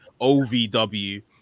OVW